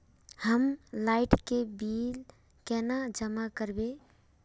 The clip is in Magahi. हम लाइट के बिल केना जमा करबे?